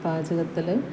പാചകത്തിൽ